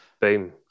Boom